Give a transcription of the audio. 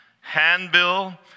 handbill